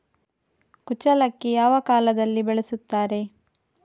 ಕುಚ್ಚಲಕ್ಕಿ ಯಾವ ಕಾಲದಲ್ಲಿ ಬೆಳೆಸುತ್ತಾರೆ?